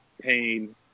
pain